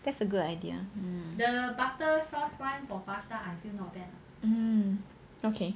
that's a good idea um